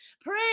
Pray